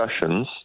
discussions